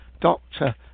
Doctor